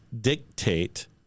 dictate